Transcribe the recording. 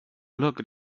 looked